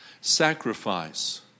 Sacrifice